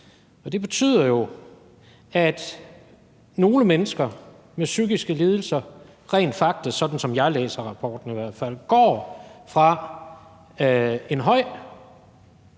Og det betyder jo, at nogle mennesker med psykiske lidelser rent faktisk, sådan som jeg i hvert fald læser rapporten, går fra en høj